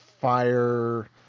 fire